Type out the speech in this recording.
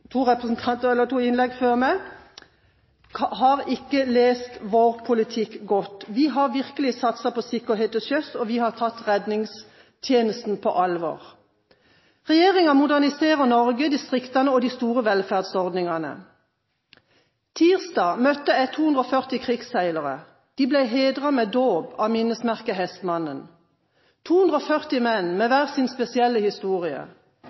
to innlegg før mitt, har ikke lest vår politikk godt. Vi har virkelig satset på sikkerhet til sjøs, og vi har tatt redningstjenesten på alvor. Regjeringen moderniserer Norge, distriktene og de store velferdsordningene. Tirsdag møtte jeg 240 krigsseilere. De ble hedret med dåp av minnesmerket Hestmanden. Det var 240 menn med hver sin spesielle historie: